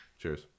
Cheers